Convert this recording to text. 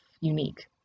unique